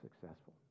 successful